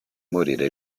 morire